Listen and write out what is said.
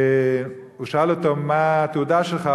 והוא שאל אותו: מה התעודה שלך?